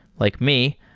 like me,